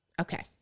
Okay